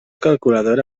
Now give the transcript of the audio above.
calculadora